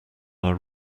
our